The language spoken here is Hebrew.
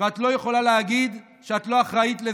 ואת לא יכולה להגיד שאת לא אחראית לזה.